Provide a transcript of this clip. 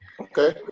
Okay